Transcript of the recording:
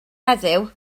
heddiw